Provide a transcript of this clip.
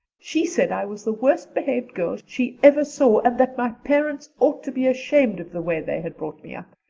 she said i was the worst-behaved girl she ever saw and that my parents ought to be ashamed of the way they had brought me up.